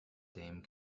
dame